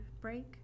break